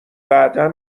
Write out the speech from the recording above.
بعدا